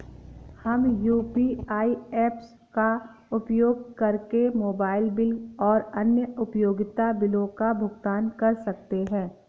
हम UPI apps का उपयोग करके मोबाइल बिल और अन्य उपयोगिता बिलों का भुगतान कर सकते हैं